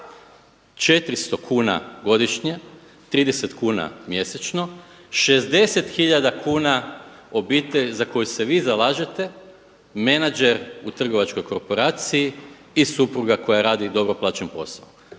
400 kuna godišnje, 30 kuna mjesečno, 60 tisuća kuna obitelj za koju se vi zalažete menadžer u trgovačkoj korporaciji i supruga koja radi dobro plaćen posao.